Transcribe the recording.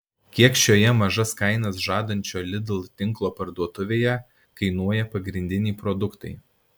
kiek šioje mažas kainas žadančio lidl tinklo parduotuvėje kainuoja pagrindiniai produktai